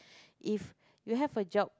if you have a job